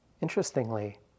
Interestingly